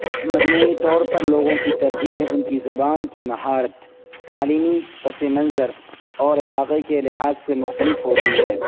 مجموعی طور پر لوگوں کی ترجیح ان کی زبان کی مہارت تعلیمی پس منظر اور علاقے کے لحاظ سے مختلف ہوتی ہے